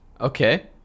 Okay